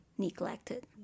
neglected